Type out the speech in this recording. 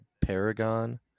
Paragon